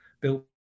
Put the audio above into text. built